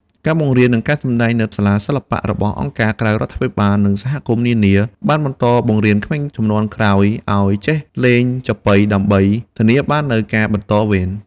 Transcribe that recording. ការបង្រៀន និងការសម្តែង នៅសាលាសិល្បៈរបស់អង្គការក្រៅរដ្ឋាភិបាល និងសហគមន៍នានា បានបន្តបង្រៀនក្មេងជំនាន់ក្រោយឱ្យចេះលេងចាប៉ី ដើម្បីធានាបាននូវការបន្តវេន។